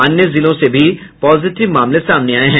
अन्य जिलों से भी पॉजिटिव मामले सामने आये हैं